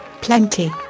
Plenty